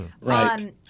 Right